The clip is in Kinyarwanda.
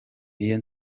iyo